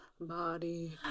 Body